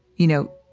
you know,